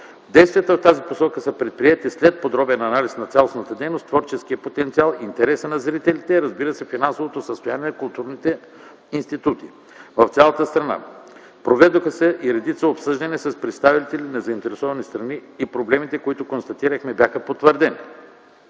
Действията в тази посока са предприети след подробен анализ на цялостната дейност, творческия потенциал, интереса на зрителите, разбира се, финансовото състояние на културните институти в цялата страна. Проведоха се и редица обсъждания с представители на заинтересовани страни и проблемите, които констатирахме, бяха потвърдени.